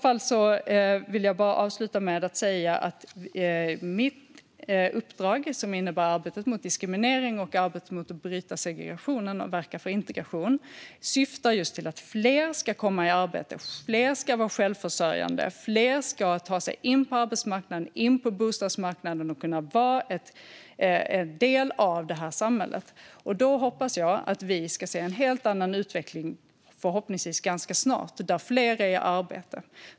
Jag vill bara avsluta med att säga att mitt uppdrag, som innebär arbete mot diskriminering samt arbete för att bryta segregation och verka för integration, syftar till att fler ska komma i arbete, att fler ska vara självförsörjande och att fler ska ta sig in på arbetsmarknaden och in på bostadsmarknaden och kunna vara en del av det här samhället. Jag hoppas att vi ska få se en helt annan utveckling, förhoppningsvis ganska snart, där fler är i arbete.